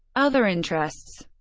other interests